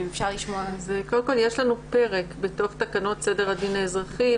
יש לנו פרק בתוך תקנות סדר הדין באזרחי,